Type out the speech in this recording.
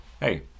hey